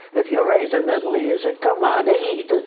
if you're raised in italy, is it come on, eat.